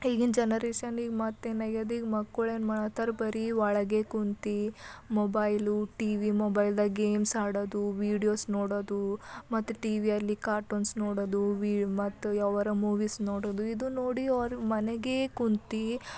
ಈಗಿನ ಜನರೇಷನ್ ಈಗ ಮತ್ತು ಏನಾಗ್ಯದ ಈಗ ಮಕ್ಕಳು ಏನು ಮಾಡ್ಲಾತ್ತಾರ ಬರೀ ಒಳಗೆ ಕುಂತು ಮೊಬೈಲು ಟಿವಿ ಮೊಬೈಲ್ದಾಗ ಗೇಮ್ಸ್ ಆಡೋದು ವೀಡಿಯೋಸ್ ನೋಡೋದು ಮತ್ತೆ ಟಿವಿಯಲ್ಲಿ ಕಾರ್ಟೂನ್ಸ್ ನೋಡೋದು ವಿ ಮತ್ತು ಯಾವ್ದಾರ ಮೂವೀಸ್ ನೋಡೋದು ಇದು ನೋಡಿ ಅವ್ರು ಮನೆಗೇ ಕುಂತು